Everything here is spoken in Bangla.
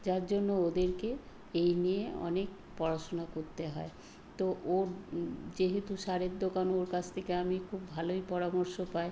যার জন্য ওদেরকে এই নিয়ে অনেক পড়াশোনা করতে হয় তো ওর যেহেতু সারের দোকান ওর কাছ থেকে আমি খুব ভালোই পরামর্শ পাই